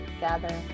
gather